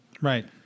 Right